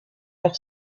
leur